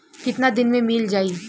कितना दिन में मील जाई?